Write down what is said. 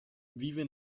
vive